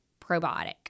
probiotic